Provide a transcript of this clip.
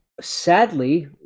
Sadly